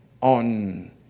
on